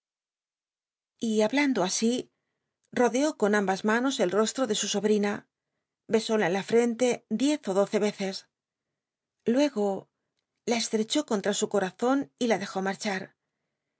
y hablando ao i rodeó con amba mano el rostro de su obrina bcsóla en la ft'cntc diez ó doce eces luego la estrechó contra su corazón y la clejó marchar